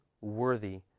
worthy